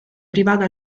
privata